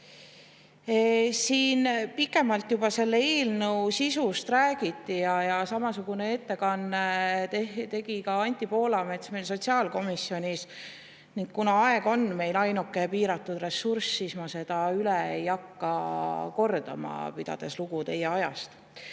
eelnõu sisust juba pikemalt räägiti ja samasuguse ettekande tegi ka Anti Poolamets sotsiaalkomisjonis. Kuna aeg on meil ainuke piiratud ressurss, siis ma seda üle ei hakka kordama, pidades lugu teie ajast.